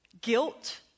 Guilt